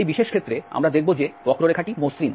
এবং এই বিশেষ ক্ষেত্রে আমরা দেখব যে বক্ররেখাটি মসৃণ